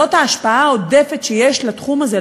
כי זאת ההשפעה העודפת שיש לתחום הזה,